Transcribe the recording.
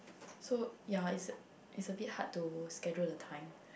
so ya is a is a bit hard to schedule the time